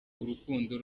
urukundo